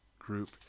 group